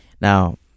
Now